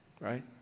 right